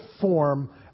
form